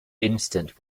instant